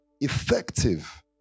effective